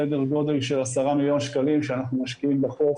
סדר גודל של 10 מיליון שקלים שאנחנו משקיעים בחוף